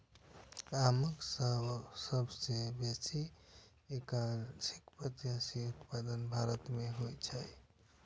आमक सबसं बेसी एकतालीस प्रतिशत उत्पादन भारत मे होइ छै